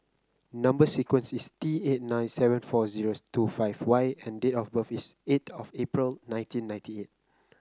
number sequence is T eight nine seven four zero two five Y and date of birth is eight of April nineteen ninety eight